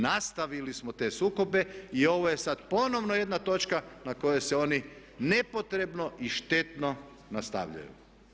Nastavili smo te sukobe i ovo je sad ponovno jedna točka na kojoj se oni nepotrebno i štetno nastavljaju.